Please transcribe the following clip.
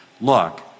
look